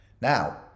Now